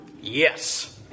Yes